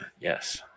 Yes